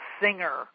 singer